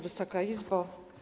Wysoka Izbo!